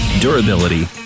durability